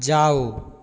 जाउ